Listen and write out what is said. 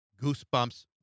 goosebumps